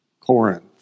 Corinth